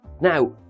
now